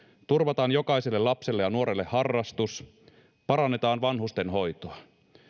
turvataan jokaiselle lapselle ja nuorelle harrastus parannetaan vanhustenhoitoa